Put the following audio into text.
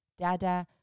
dada